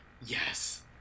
Yes